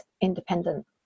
independent